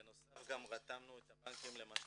בנוסף גם רתמנו את הבנקים למשכנתאות,